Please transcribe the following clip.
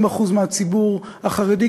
70% מהציבור החרדי,